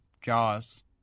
Jaws